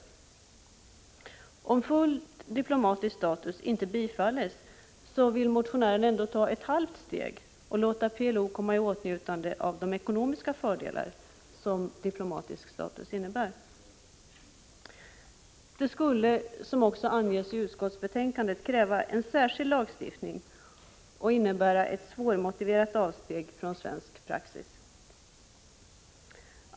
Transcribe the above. Om yrkandet om full diplomatisk status inte bifalls, vill motionären ta ett halvt steg och låta PLO komma i åtnjutande av de ekonomiska fördelar som diplomatisk status innebär. Detta skulle, som anges i utskottsbetänkandet, kräva en särskild lagstiftning och innebära ett svårmotiverat avsteg från svensk praxis.